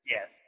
Yes